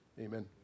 Amen